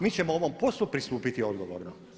Mi ćemo ovom poslu pristupiti odgovorno.